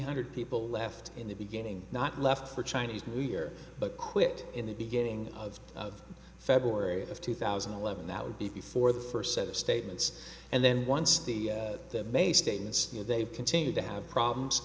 hundred people left in the beginning not left for chinese new year but quit in the beginning of february of two thousand and eleven that would be before the first set of statements and then once the may statements you know they've continued to have problems